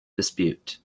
dispute